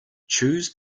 choose